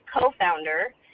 co-founder